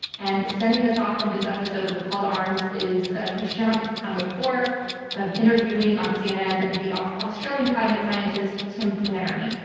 and sending us off from this episode with a call to arms is ah christiane um um amanpour ah interviewing on cnn the australian climate scientist, tim flannery,